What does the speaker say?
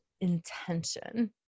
intention